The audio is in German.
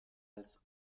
als